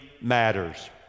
matters